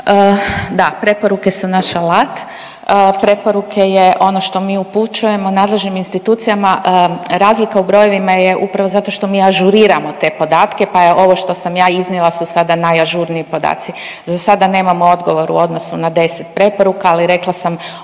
Da, preporuke su naš alat, preporuke je ono što mi upućujemo nadležnim institucijama razlika u brojevima je upravo zato što mi ažuriramo te podatke pa je ovo što sam ja iznijela su sada najažurniji podaci. Za sada nemamo odgovor u odnosu na 10 preporuka, ali rekla sam